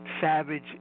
Savage